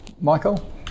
Michael